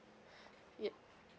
yup